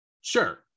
Sure